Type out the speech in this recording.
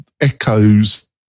echoes